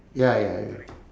ya ya ya